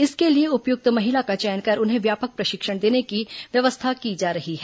इसके लिए उपयुक्त महिला का चयन कर उन्हें व्यापक प्रशिक्षण देने की व्यवस्था की जा रही है